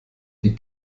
die